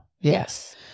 yes